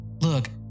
Look